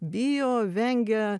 bijo vengia